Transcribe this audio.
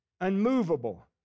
unmovable